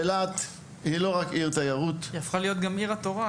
אילת היא לא רק עיר תיירות --- היא גם הפכה להיות עיר התורה,